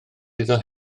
iddo